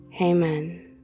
Amen